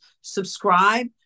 subscribe